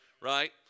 right